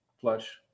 flush